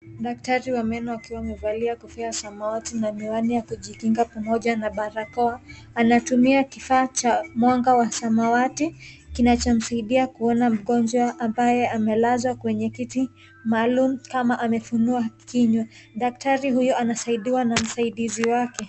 Daktari wa meno akiwa amevalia kofia ya zamawati na miwani ya kujikinga pamoja na barakoa, anatumia kifaa cha mwanga wa zamawati kinachomsaidia kumuona mgonjwa ambaye amelazwa kwenye kiti maalum kama amefunua kinywa, daktari huyo anasaidiwa na msaidizi wake.